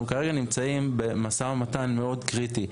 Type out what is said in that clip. אנחנו כרגע נמצאים במשא ומתן מאוד קריטי,